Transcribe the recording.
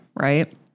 Right